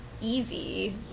easy